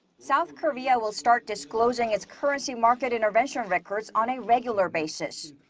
south korea will start disclosing its currency market intervention records on a regular basis.